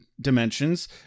dimensions